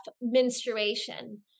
menstruation